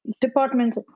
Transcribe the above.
departments